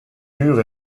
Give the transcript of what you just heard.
murs